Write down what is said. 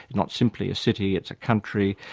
not simply a city, it's a country,